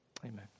amen